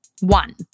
One